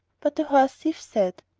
but the horse thief said,